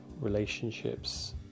relationships